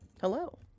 hello